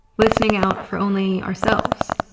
listening out for only ourselves.